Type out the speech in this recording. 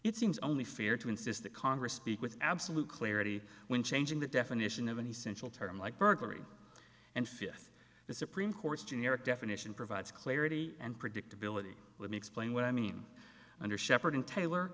it seems only fair to insist that congress speak with absolute clarity when changing the definition of an essential term like burglary and fifth the supreme court's generic definition provides clarity and predictability let me explain what i mean under shepherd and taylor